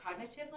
cognitively